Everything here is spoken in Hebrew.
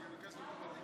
אם כך, נגד,